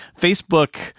Facebook